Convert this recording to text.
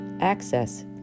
access